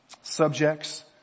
subjects